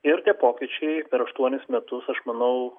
ir tie pokyčiai per aštuonis metus aš manau